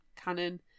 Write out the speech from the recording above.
cannon